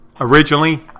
Originally